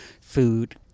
food